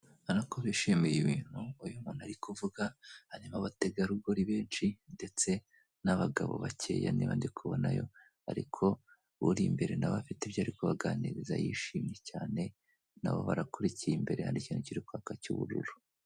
Urabona ko bishimiye ibintu uyu umuntu ari kuvuga harimo abategarugori benshi ndetse n'abagabo bakeya niba ndikubonayo, ariko uri imbere nawe afite ibyo ari kubaganiriza yishimye cyane, nabo barakurikiye imbere hari ikintu kiri kwaka cy'ubururu.